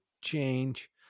change